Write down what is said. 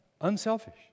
Unselfish